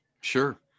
Sure